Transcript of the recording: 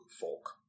folk